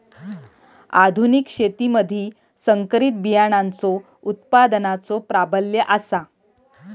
आधुनिक शेतीमधि संकरित बियाणांचो उत्पादनाचो प्राबल्य आसा